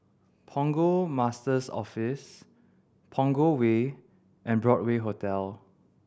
Port Master's Office Punggol Way and Broadway Hotel